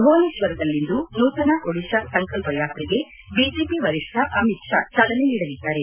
ಭುವನೇಶ್ವರದಲ್ಲಿಂದು ನೂತನ ಒಡಿಶಾ ಸಂಕಲ್ಪ ಯಾತ್ರೆಗೆ ಬಿಜೆಪಿ ವರಿಷ್ಠ ಅಮಿತ್ ಷಾ ಚಾಲನೆ ನೀಡಲಿದ್ದಾರೆ